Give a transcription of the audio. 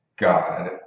God